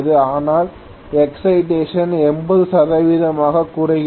ஆனால் எக்சைடேஷன் 80 சதவீதமாகக் குறைகிறது